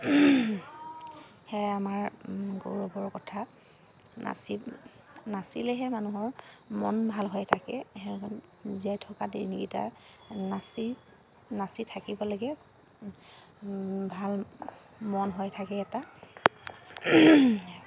সেয়াই আমাৰ গৌৰৱৰ কথা নাচি নাচিলেহে মানুহৰ মন ভাল হৈ থাকে সেয়ে জীয়াই থকা দিনকেইটা নাচি নাচি থাকিব লাগে ভাল মন হৈ থাকে এটা